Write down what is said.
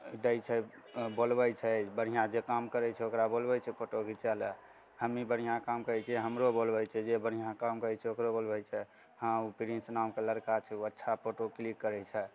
दै छै बोलबैत छै बढ़िआँ जे काम करैत छै ओकरा बोलबैत छै फोटो घीचऽ लए हमहीँ बढ़िआँ काम करैत छियै हमरो बोलबै छै जे बढ़िआँ काम करैत छै ओकरो बोलबै छै हँ प्रिंस नामके लड़का छै अच्छा फोटो क्लिक करै छै